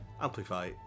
Amplify